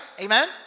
Amen